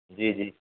जी जी